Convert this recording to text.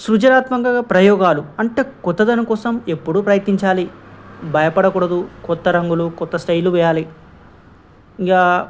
సృజనాత్మక ప్రయోగాలు అంటే కొత్తదని కోసం ఎప్పుడూ ప్రయత్నించాలి భయపడకూడదు కొత్త రంగులు కొత్త స్టైలు వేయాలి ఇంకా